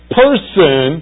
person